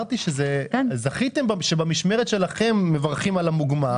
זכיתם שבמשמרת שלכם תברכו על המוגמר,